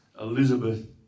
Elizabeth